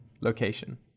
location